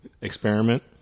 experiment